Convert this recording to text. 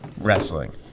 wrestling